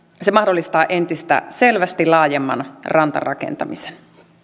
se mahdollistaa entistä selvästi laajemman rantarakentamisen